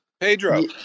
Pedro